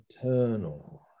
eternal